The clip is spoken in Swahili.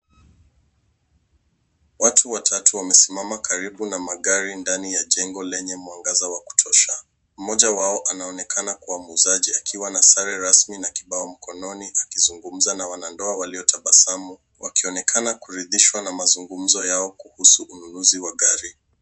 Watu watatu wamesimama karibu na magari ndani ya jengo lenye mwangaza wa kutosha. Mmoja wao anaonekana kuwa muuzaji akiwa na sare rasmi na kibao mkononi akizungumza na wanandoa waliotabasamu wakionyesha kuridhishwa na mazungumzo yao kuhusu ununuzi wa gari.